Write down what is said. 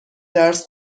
درس